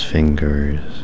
fingers